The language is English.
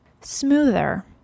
smoother